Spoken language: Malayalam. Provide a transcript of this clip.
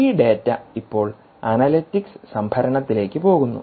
ഈ ഡാറ്റ ഇപ്പോൾ അനലിറ്റിക്സ് സംഭരണത്തിലേക്ക് പോകുന്നു